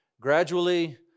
gradually